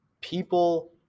people